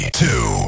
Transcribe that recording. two